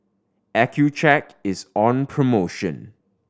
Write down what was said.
Accucheck is on promotion